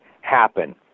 happen